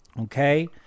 Okay